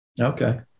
okay